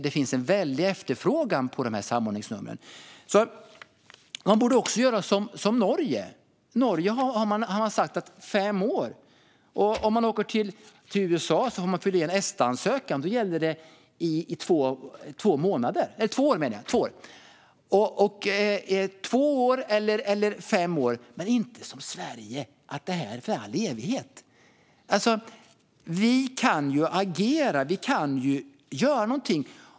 Det finns en väldig efterfrågan på dessa samordningsnummer. Man borde göra som i Norge. I Norge har man sagt fem år. Om man åker till USA får man fylla i en ESTA-ansökan. Då gäller den i två år. Det kan vara två år eller fem år men inte som i Sverige - här är det för all evighet. Vi kan agera. Vi kan göra någonting.